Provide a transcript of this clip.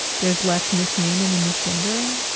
there's less misnaming and misgendering.